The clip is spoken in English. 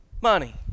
money